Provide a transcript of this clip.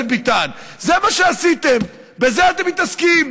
אם היה לי משרד באחריותי הייתי עוסק בו,